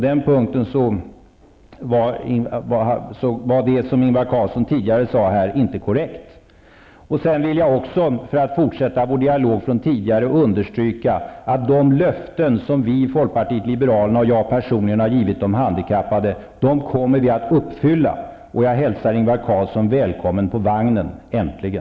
Det som Ingvar Carlsson tidigare sade på den punkten var inte korrekt. Jag vill också, för att fortsätta vår dialog från tidigare, understryka att de löften som vi i folkpartiet liberalerna och jag personligen har givit de handikappade kommer att uppfyllas. Jag hälsar Ingvar Carlsson välkommen på vagnen, äntligen.